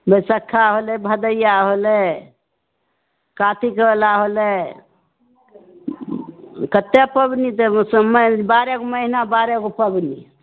बैशखा होलै भदैया होलै कातिक बला होलै कतेक पाबनि तऽ माइन कते बारहगो महीना बारहगो पाबनि